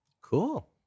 Cool